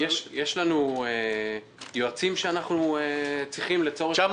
יש לנו יועצים שאנחנו צריכים להעסיק.